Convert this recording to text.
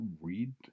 read